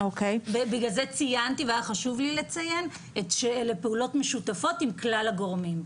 בגלל זה ציינתי והיה חשוב לי לציין שאלה פעולות משותפות עם כלל הגורמים,